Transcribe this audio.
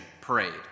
parade